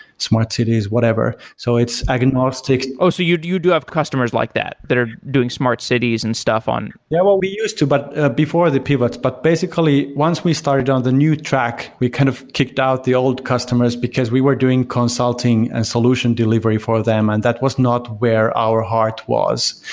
smart cities, whatever. so it's agnostic. oh! so you do you do have customers like that, that are doing smart cities and stuff on yeah. well, we used to, but before the pivots. but basically, once we started on the new track, we kind of kicked out the old customers, because we were doing consulting and solution delivery for them and that was not where our heart was.